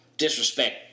disrespect